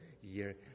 year